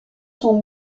sont